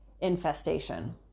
infestation